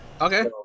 okay